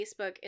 Facebook